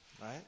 right